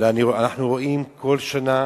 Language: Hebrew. אלא אנחנו רואים כל שנה